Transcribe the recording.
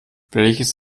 welches